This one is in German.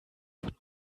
von